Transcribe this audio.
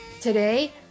Today